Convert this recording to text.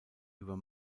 über